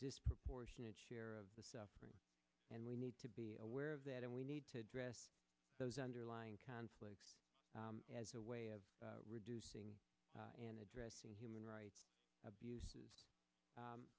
disproportionate share of the suffering and we need to be aware of that and we need to address those underlying conflicts as a way of reducing and addressing human rights abuses